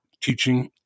teaching